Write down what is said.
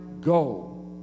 go